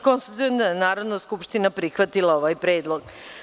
Konstatujem da je Narodna skupština prihvatila ovaj predlog.